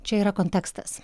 čia yra kontekstas